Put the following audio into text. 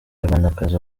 munyarwandakazi